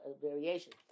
variation